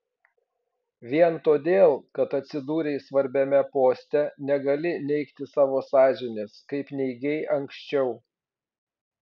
vien todėl kad atsidūrei svarbiame poste negali neigti savo sąžinės kaip neigei anksčiau